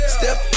Step